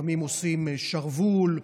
לפעמים עושים שרוול,